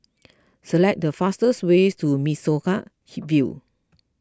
select the fastest way to Mimosa View